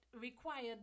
required